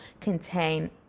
contain